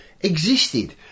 existed